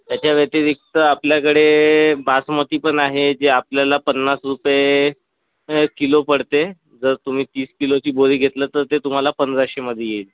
ह्याच्या व्यतिरिक्त आपल्याकडे बासमती पण आहे जे आपल्याला पन्नास रुपये किलो पडते जर तुम्ही तीस किलोची बोरी घेतलं तर ते तुम्हाला पंधराशेमध्ये येईल